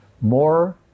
more